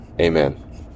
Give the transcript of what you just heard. Amen